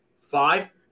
five